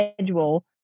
schedule